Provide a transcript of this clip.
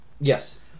Yes